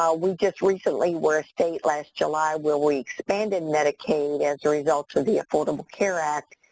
ah we just recently were a state last july where we expanded medicaid as a result to the affordable care act,